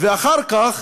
ואחר כך